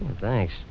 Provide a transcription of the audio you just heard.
thanks